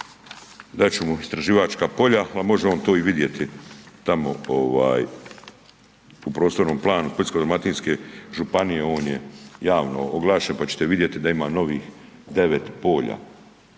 dat ću mu istraživačka polja, a može on to i vidjeti tamo ovaj u prostornom planu Splitsko-dalmatinske županije, on je javno oglašen pa ćete vidjeti da ima novih 9 polja.